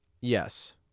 Yes